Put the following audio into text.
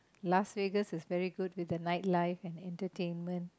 Las Vegas is very good with the night life and entertainment